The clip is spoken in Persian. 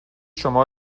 شما